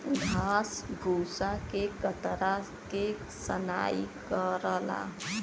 घास भूसा के कतरा के सनाई करला